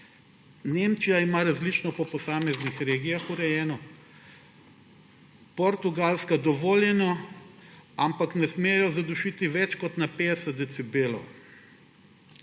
Nemčija ima različno urejeno po posameznih regijah. Portugalska, dovoljeno, ampak ne smejo zadušiti več kot na 50 decibelov.